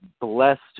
blessed